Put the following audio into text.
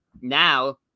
now